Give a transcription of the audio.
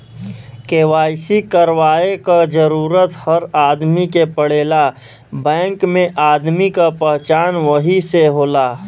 KYC करवाये क जरूरत हर आदमी के पड़ेला बैंक में आदमी क पहचान वही से होला